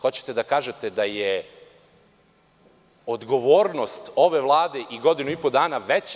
Hoćete da kažete da je odgovornost ove Vlade u godinu i po dana veća